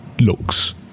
looks